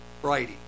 Friday